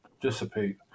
dissipate